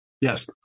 Yes